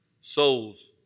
soul's